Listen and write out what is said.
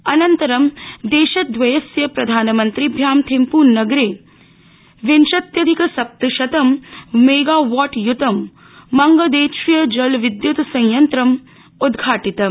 अनन्तरं देशद्वयस्य प्रधानमन्त्रिभ्याम् थिम्पूनगरे विंशत्यधिक सप्तशतं मेगावॉट युतं मंगदेचू जलविद्युत संयन्त्रम् उद्घाटितम्